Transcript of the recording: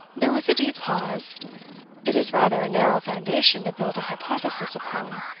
there was a deep pause it is rather a narrow foundation to build a hypothesis upon,